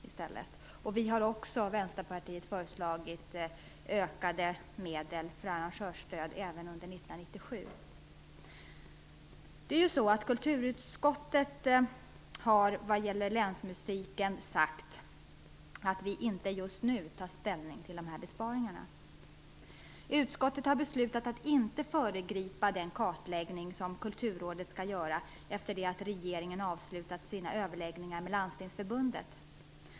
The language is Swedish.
Vänsterpartiet har också föreslagit ökade medel för arrangörsstöd även under 1997. När det gäller länsmusiken har kulturutskottet sagt att man inte just nu tar ställning till dessa besparingar. Utskottet har beslutat att inte föregripa den kartläggning som kulturrådet skall göra efter det att regeringen avslutat sina överläggningar med Landstingsförbundet.